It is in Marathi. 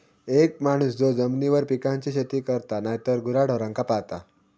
एक माणूस जो जमिनीवर पिकांची शेती करता नायतर गुराढोरांका पाळता